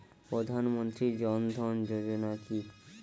প্রধান মন্ত্রী জন ধন যোজনা কি?